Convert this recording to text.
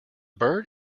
bird